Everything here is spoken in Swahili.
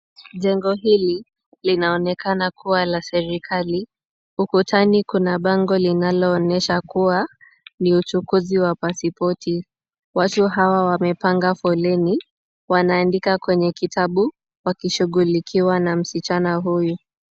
Jengo hili linaonekana kuwa la serikali. Ukutani kuna bango linaloonyesha kuwa ni uchukuzi wa pasipoti. Watu hawa wamepanga foleni. Wanaandika kwenye kitabu wakishughulikiwa na msichana huyu.